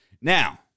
Now